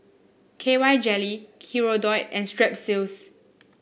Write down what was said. K Y Jelly Hirudoid and Strepsils